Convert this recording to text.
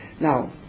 Now